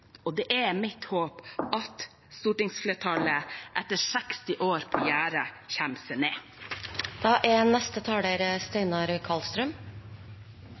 og det er mitt håp at stortingsflertallet etter 60 år på gjerdet kommer seg